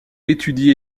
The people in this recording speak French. étudie